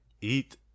eat –